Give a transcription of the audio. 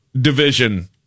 division